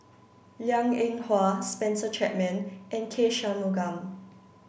Liang Eng Hwa Spencer Chapman and K Shanmugam